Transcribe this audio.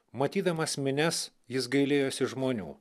matydamas minias jis gailėjosi žmonių